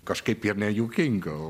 kažkaip jame juokinga